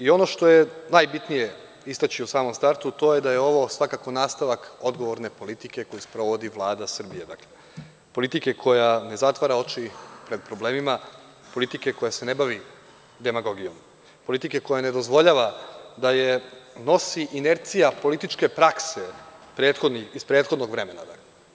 Ono što je najbitnije istaći u samom startu jeste da je ovo svakako nastavak odgovorne politike koju sprovodi Vlada Srbije, politike koja ne zatvara oči pred problemima, politike koja se ne bavi demagogijom, politike koja ne dozvoljava da je nosi inercija političke prakse iz prethodnog vremena.